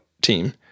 team